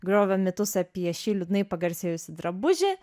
griovė mitus apie šį liūdnai pagarsėjusį drabužį